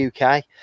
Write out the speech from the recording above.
uk